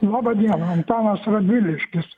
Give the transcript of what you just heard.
laba diena antanas radviliškis